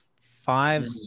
five